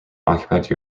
occupied